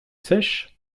sèches